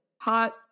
Hot